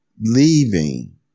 leaving